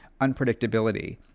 unpredictability